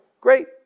great